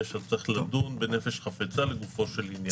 אז צריך לדון בנפש חפצה לגופו של עניין.